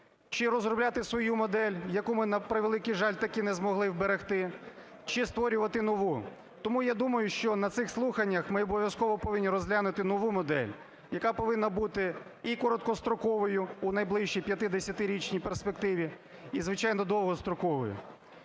чи розробляти свою модель, яку ми, на превеликий жаль, так і не змогли вберегти, чи створювати нову. Тому, я думаю, що на цих слуханнях ми обов'язково повинні розглянути нову модель, яка повинна бути і короткостроковою у найближчій 50-річній перспективі, і, звичайно, довгостроковою.